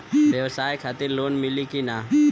ब्यवसाय खातिर लोन मिली कि ना?